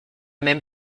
même